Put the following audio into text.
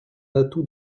atout